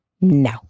no